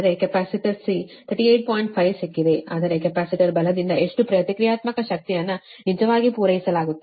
5 ಸಿಕ್ಕಿದೆ ಆದರೆ ಕೆಪಾಸಿಟರ್ ಬಲದಿಂದ ಎಷ್ಟು ಪ್ರತಿಕ್ರಿಯಾತ್ಮಕ ಶಕ್ತಿಯನ್ನು ನಿಜವಾಗಿ ಪೂರೈಸಲಾಗುತ್ತದೆ